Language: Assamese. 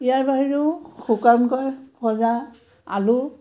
ইয়াৰ বাহিৰেও শুকানকৈ ভজা আলু